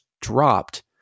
dropped